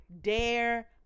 dare